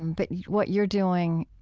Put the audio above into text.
um but what you're doing,